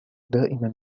دائما